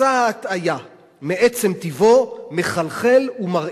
מסע ההטעיה מעצם טיבו מחלחל ומרעיל.